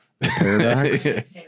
Paradox